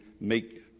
make